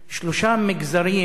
שלושה מגזרים,